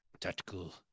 tactical